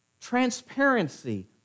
transparency